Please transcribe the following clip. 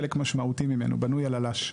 חלק משמעותי ממנו בנוי על אל"ש.